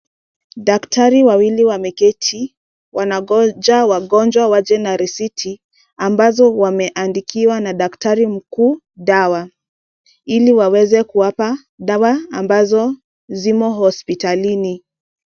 Daktari wawili wameketi, wanangoja wagonjwa waje na risiti ambazo wameandikiwa na daktari mkuu dawa, ili waweze kuwapa dawa ambazo zimo hospitalini.